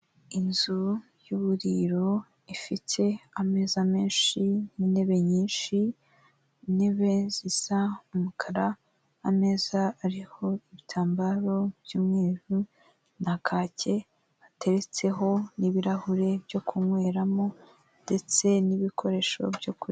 Inzu y'uburiro ifite ameza menshi n'intebe nyinshi, intebe zisa umukara ameza ariho ibitambaro by'umweru na kake, hateretseho n'ibirahure byo kunyweramo ndetse n'ibikoresho byo...